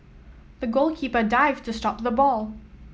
the goalkeeper dived to stop the ball